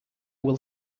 will